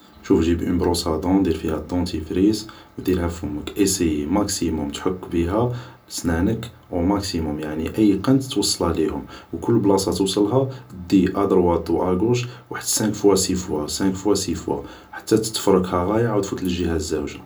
شوف جيب اون بروس ادون ، دير فيها دونتيفريس و ديرها فمك ، ايسيي ماكسيموم تحك بيها سنانك اوماكسيموم ، يعني اي قنت توصله ليهم ، و كل بلاصة توصلها ادي ادروات و اقوش واحد سانك فوا سي فوا سانك فوا سي فوا ، حتى تفركها غاي عاود فوت للجيه الزاوج